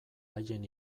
haien